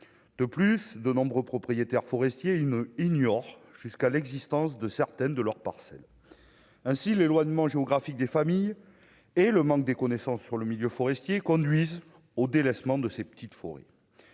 de plus de nombreux propriétaires forestiers, il n'ignore jusqu'à l'existence de certaines de leurs parcelles ainsi l'éloignement géographique des familles et le manque des connaissances sur le milieu forestier conduisit au délaissement de ces petites forêts